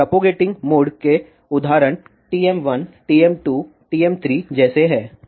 तो propagating mode के उदाहरण TM1 TM2 TM3 जैसे हैं